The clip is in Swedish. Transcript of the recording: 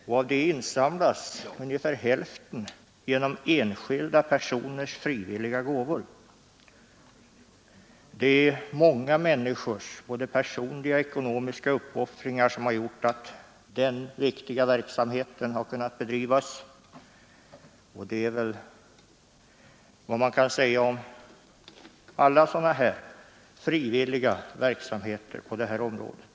Av detta belopp insamlas ungefär hälften genom enskilda personers frivilliga gåvor. Det är alltså många människors personliga, ekonomiska uppoffringar som gjort att denna viktiga verksamhet har kunnat bedrivas, och detsamma kan väl sägas om all frivillig verksamhet på detta område.